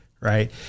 right